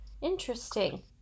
Interesting